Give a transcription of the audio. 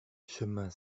chemin